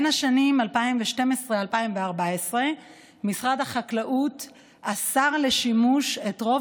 בשנים 2012 2014 משרד החקלאות אסר את השימוש ברוב